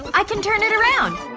i can turn it around,